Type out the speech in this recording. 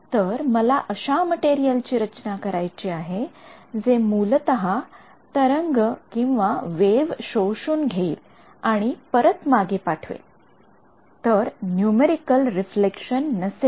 तर मला अश्या मटेरियल ची रचना करायची आहे जे मूलतः तरंगवेव्ह शोषून घेईल आणि परत मागे पाठवेल तर नूमेरिकेल रिफ्लेक्शन नसेल